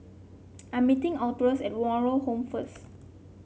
I'm meeting Albertus at Moral Home first